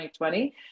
2020